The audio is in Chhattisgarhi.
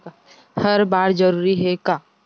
हर बार जरूरी हे का?